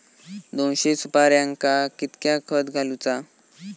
दोनशे सुपार्यांका कितक्या खत घालूचा?